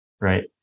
right